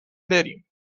بریم